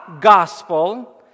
gospel